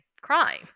Crime